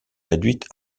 réduite